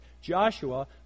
Joshua